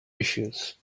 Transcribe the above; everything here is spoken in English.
issues